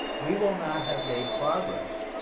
we will not have made progress.